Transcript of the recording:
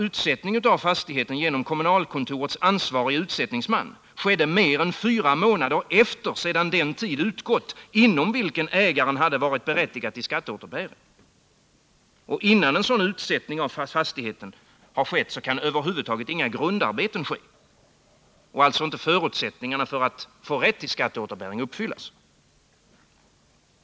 Utsättning av fastigheten genom kommunalkontorets ansvarige utsättningsman skedde mer än fyra månader efter det att den tid utgått inom vilken ägaren hade varit berättigad till skatteåterbäring. Innan sådan utsättning har skett kan över huvud taget inga grundarbeten utföras och förutsättningarna för rätt till skatteåterbäring uppfyllas.